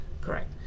Correct